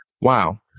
Wow